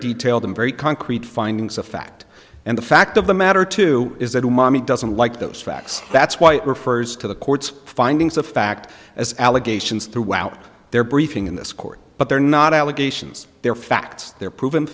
detailed and very concrete findings of fact and the fact of the matter too is that mommy doesn't like those facts that's why it refers to the court's findings of fact as allegations throughout their briefing in this court but they're not allegations they're facts they're proven